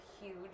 Huge